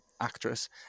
actress